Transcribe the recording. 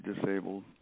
disabled